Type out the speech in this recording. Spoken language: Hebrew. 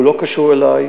הוא לא קשור אלי,